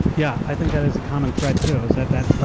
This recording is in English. yeah. i think that is a common thread, too. is that, that, ah,